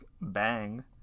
Bang